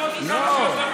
היושב-ראש, כמה שיותר מהר.